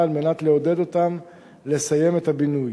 על מנת לעודד אותן לסיים את הבינוי.